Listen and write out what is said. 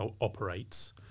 operates